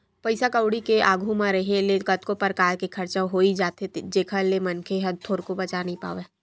पइसा कउड़ी के आघू म रेहे ले कतको परकार के खरचा होई जाथे जेखर ले मनखे ह थोरको बचा नइ पावय